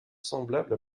semblable